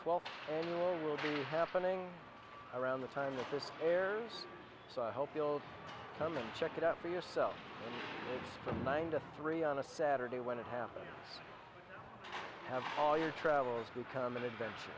twelve will be happening around the time this is airs so i hope you'll come and check it out for yourself from nine to three on a saturday when it happens have all your travels become an adventure